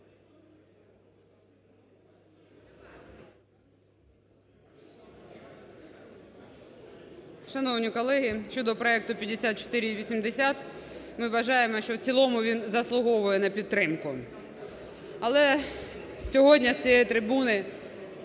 Шановні колеги! Щодо проекту 5480, ми вважаємо, що в цілому він заслуговує на підтримку. Але сьогодні з цієї трибуни